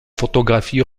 photographies